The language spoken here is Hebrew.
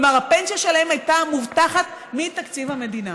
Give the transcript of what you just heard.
כלומר, הפנסיה שלהם הייתה מובטחת מתקציב המדינה.